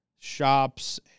Shops